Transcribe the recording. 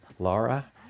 Laura